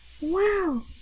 wow